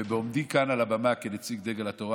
בעומדי כאן על הבמה כנציג דגל התורה,